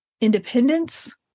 independence